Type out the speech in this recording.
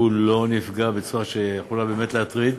והוא לא נפגע בצורה שיכולה באמת להטריד,